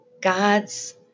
gods